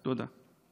תודה.